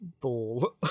Ball